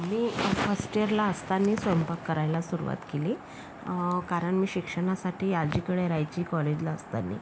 मी first इयरला असताना स्वयंपाक करायला सुरवात केली कारण मी शिक्षणासाठी आजीकडे रहायचे कॉलेजला असताना